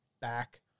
back